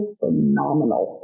phenomenal